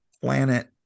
planet